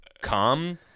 come